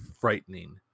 frightening